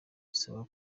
bisaba